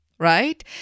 Right